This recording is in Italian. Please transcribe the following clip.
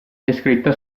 descritta